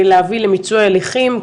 להביא למיצוי הליכים,